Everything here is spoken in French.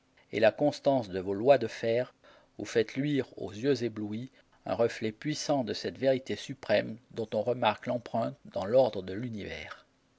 et la constance de vos lois de fer vous faites luire aux yeux éblouis un reflet puissant de cette vérité suprême dont on remarque l'empreinte dans l'ordre de l'univers